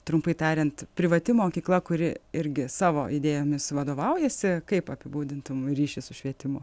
trumpai tariant privati mokykla kuri irgi savo idėjomis vadovaujasi kaip apibūdintum ryšį su švietimu